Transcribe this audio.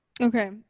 okay